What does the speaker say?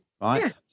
right